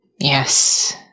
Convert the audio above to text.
Yes